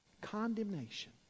Condemnation